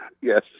Yes